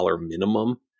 minimum